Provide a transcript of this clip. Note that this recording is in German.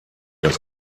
das